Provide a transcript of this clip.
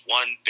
one